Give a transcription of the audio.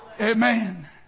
Amen